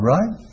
Right